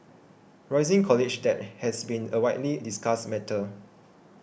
rising college debt has been a widely discussed matter